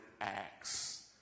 acts